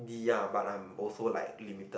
ya but I'm also like limited